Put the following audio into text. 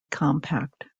compact